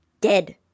Dead